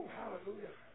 hallelujah